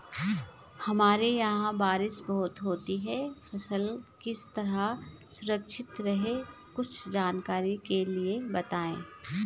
हमारे यहाँ बारिश बहुत होती है फसल किस तरह सुरक्षित रहे कुछ जानकारी के लिए बताएँ?